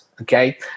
okay